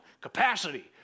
capacity